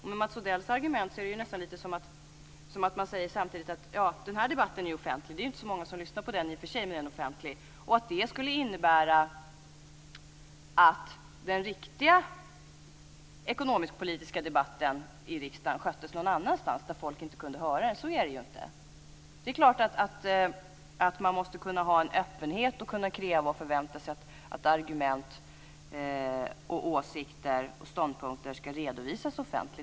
Med Mats Odells argument blir det nästan som att man samtidigt skulle säga så här: Den här debatten är offentlig. Det är ju inte så många som lyssnar på den i och för sig, men den är offentlig. Det skulle alltså i så fall innebära att den riktiga ekonomiskpolitiska debatten i riksdagen sköttes någon annanstans, där folk inte kunde höra den. Och så är det ju inte! Det är klart att man måste kunna ha en öppenhet, och kunna kräva och förvänta sig att argument, åsikter och ståndpunkter ska redovisas offentligt.